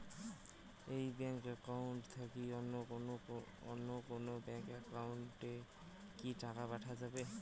এই bank account থাকি কি অন্য কোনো ব্যাংক একাউন্ট এ কি টাকা পাঠা যাবে?